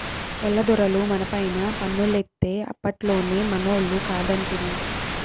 తెల్ల దొరలు మనపైన పన్నులేత్తే అప్పట్లోనే మనోళ్లు కాదంటిరి